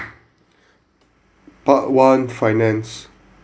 part one finance